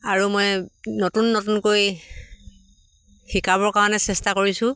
আৰু মই নতুন নতুনকৈ শিকাবৰ কাৰণে চেষ্টা কৰিছোঁ